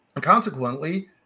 Consequently